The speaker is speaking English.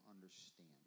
understand